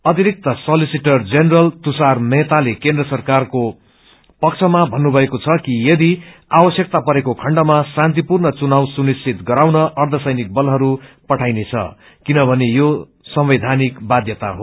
अतिरिक्त solicitor general Tushar मेहताले भन्नुभएको छ कि यदि आवश्यकता परेको खण्डमा शान्तिपूर्ण चुनाव सुनिश्चित गराउन अर्घसैनिक बलहरू पठाईनेछ किनभने यो संवैधानिक बाध्यता हो